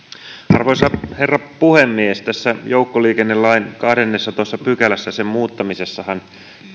arvoisa herra puhemies tässä joukkoliikennelain kahdennentoista pykälän muuttamisessahan